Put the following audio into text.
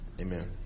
Amen